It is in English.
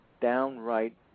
downright